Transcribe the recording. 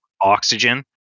oxygen